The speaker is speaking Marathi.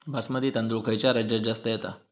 बासमती तांदूळ खयच्या राज्यात जास्त येता?